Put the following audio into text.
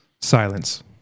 Silence